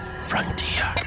Frontier